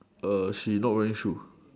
err she not wearing shoe